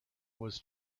was